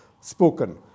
spoken